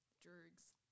Drugs